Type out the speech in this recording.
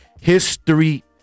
history